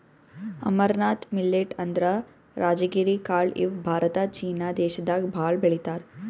amaranth millet ಅಂದ್ರ ರಾಜಗಿರಿ ಕಾಳ್ ಇವ್ ಭಾರತ ಚೀನಾ ದೇಶದಾಗ್ ಭಾಳ್ ಬೆಳಿತಾರ್